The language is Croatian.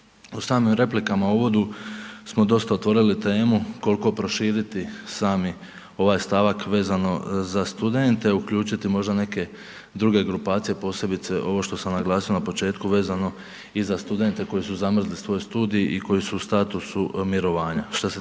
U samim replikama u uvodu smo dosta otvorili temu koliko proširiti sami ovaj stavak vezano za student, uključiti možda neke druge grupacije posebice ovo što sam naglasio na početku vezano i za studente koji su zamrzli svoj studij i koji su u statusu mirovina. Što se